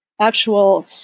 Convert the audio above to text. actual